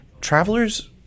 travelers